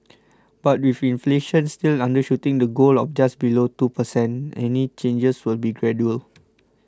but with inflation still undershooting the goal of just below two per cent any changes will be gradual